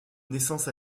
naissance